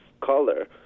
color